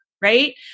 right